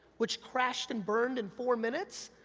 which crashed and burned in four minutes,